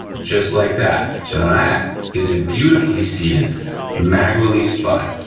just like that. so that is a beautifully seated mag release button.